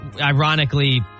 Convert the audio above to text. ironically